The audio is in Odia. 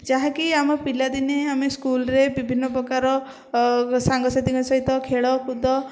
ଯାହା କି ଆମ ପିଲା ଦିନେ ଆମେ ସ୍କୁଲରେ ବିଭିନ୍ନ ପ୍ରକାର ସାଙ୍ଗ ସାଥୀଙ୍କ ସହିତ ଖେଳକୁଦ